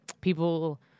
people